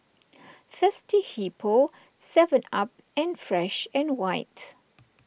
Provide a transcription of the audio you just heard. Thirsty Hippo Seven Up and Fresh and White